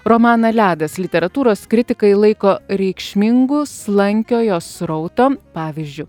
romaną ledas literatūros kritikai laiko reikšmingu slankiojo srauto pavyzdžiu